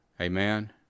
Amen